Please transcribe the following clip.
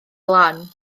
lan